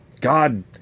God